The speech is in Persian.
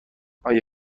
آیا